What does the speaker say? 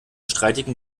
streitigen